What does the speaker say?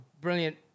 brilliant